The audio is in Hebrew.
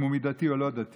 אם הוא מידתי או לא מידתי,